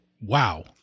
wow